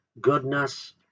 goodness